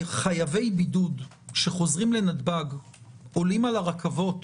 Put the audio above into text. שחייבי בידוד שחוזרים לנתב"ג עולים על הרכבות